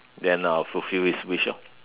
then I'll fulfil his wish lor